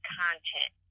content